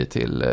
till